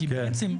כי בעצם,